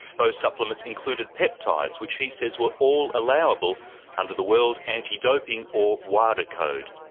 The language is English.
those supplements included peptides which he says were all allowable under the world anti-doping or wada code.